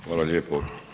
Hvala lijepo.